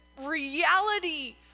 reality